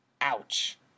Ouch